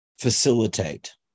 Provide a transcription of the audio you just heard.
facilitate